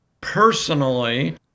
personally